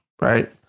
right